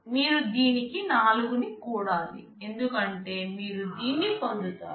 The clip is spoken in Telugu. మీరు దీనికి 4 ని కూడలి ఎందుకంటే మీరు దీన్ని పొందుతారు